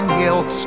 guilt